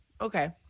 Okay